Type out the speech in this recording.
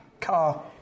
car